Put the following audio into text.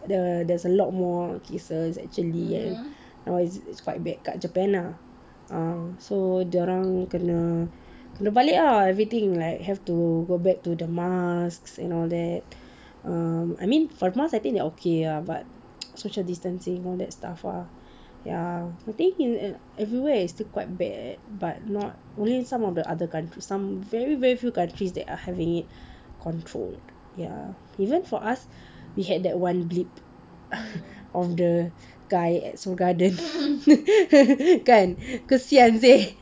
the there's a lot more cases actually then now it's quite bad kat japan lah so dorang kena mula balik ah everything lah have to go back the mask and all that err I mean for mask I think they're okay ya but social distancing all that stuff lah ya I think everywhere is still quite bad eh but not only some of the other countries some very very few countries that are having it controlled even for us we had that one of the guy at seoul garden kan kesian seh